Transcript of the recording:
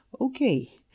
Okay